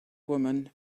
woman